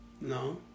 No